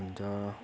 हुन्छ